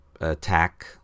attack